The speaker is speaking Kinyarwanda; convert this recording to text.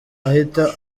ahita